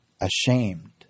ashamed